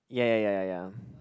ya ya ya ya ya